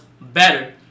better